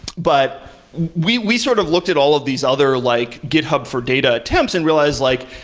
but we we sort of looked at all of these other like github for data attempts and realized like,